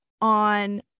on